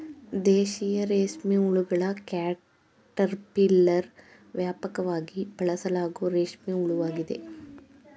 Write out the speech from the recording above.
ದೇಶೀಯ ರೇಷ್ಮೆಹುಳುಗಳ ಕ್ಯಾಟರ್ಪಿಲ್ಲರ್ ವ್ಯಾಪಕವಾಗಿ ಬಳಸಲಾಗೋ ರೇಷ್ಮೆ ಹುಳುವಾಗಿದೆ